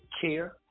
care